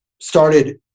started